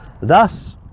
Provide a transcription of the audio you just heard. Thus